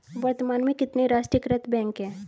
वर्तमान में कितने राष्ट्रीयकृत बैंक है?